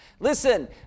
Listen